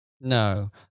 No